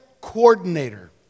Coordinator